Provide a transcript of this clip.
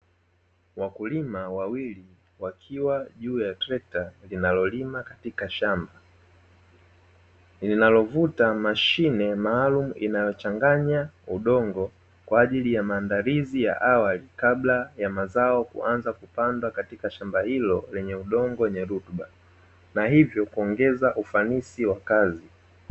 Wakulima wawili wakiwa juu ya trekta linalolima katika shamba, linalovuta mashine maalumu inayochanganya udongo kwa ajili ya maandalizi ya awali, kabla ya mazao kuanza kupanda katika shamba hilo lenye udongo wenye rutuba, na hivyo kuongeza ufanisi wa kazi.